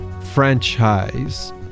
franchise